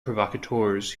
provocateurs